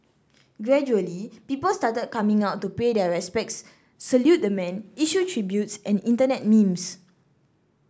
gradually people started coming out to pay their respects salute the man issue tributes and Internet memes